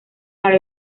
para